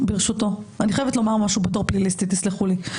אני חייבת לומר משהו, בתור פליליסטית, תסלחו לי.